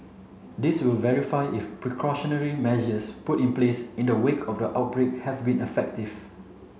this will verify if precautionary measures put in place in the wake of the outbreak have been effective